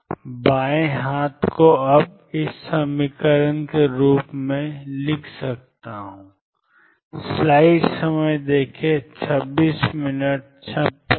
बाएँ हाथ को अब iℏ ∂t22m ∂x∂x ∂ψ∂x के रूप में लिखा जा सकता है